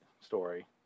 story